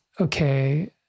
okay